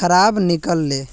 खराब निकल ले